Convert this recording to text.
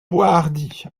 boishardy